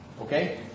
Okay